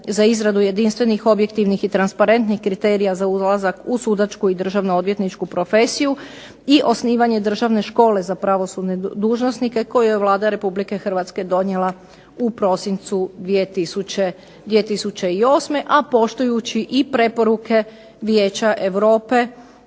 za izradu jedinstvenih, objektivnih i transparentnih kriterija za ulazak u sudačku i državno odvjetničku profesiju i osnivanje Državne škole za pravosudne dužnosnike koju je Vlada Republike Hrvatske donijela u prosincu 2008. a poštujući i preporuke Vijeća Europe